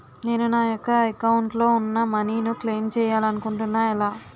నేను నా యెక్క అకౌంట్ లో ఉన్న మనీ ను క్లైమ్ చేయాలనుకుంటున్నా ఎలా?